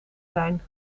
zijn